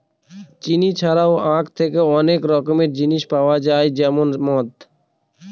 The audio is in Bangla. চিনি ছাড়াও আঁখ থেকে অনেক রকমের জিনিস পাওয়া যায় যেমন মদ